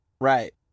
right